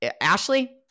Ashley